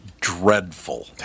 dreadful